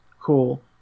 Cool